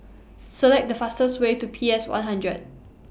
Select The fastest Way to P S one hundred